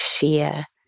share